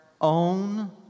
own